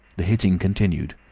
the hitting continued.